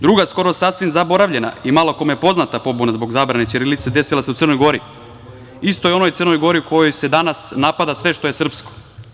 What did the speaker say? Druga skoro sasvim zaboravljena i malo kome poznata pobuna zbog zabrane ćirilice desila se u Crnoj Gori, istoj onoj Crnoj Gori u kojoj se danas napada sve što je srpsko.